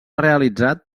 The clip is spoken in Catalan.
realitzat